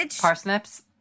parsnips